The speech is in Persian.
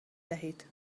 دهید